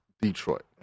Detroit